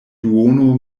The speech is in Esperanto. duono